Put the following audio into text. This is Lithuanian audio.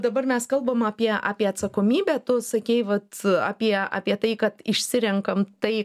dabar mes kalbam apie apie atsakomybę tu sakei vat apie apie tai kad išsirenkam tai